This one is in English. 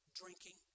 drinking